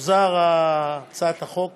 תוחזר הצעת החוק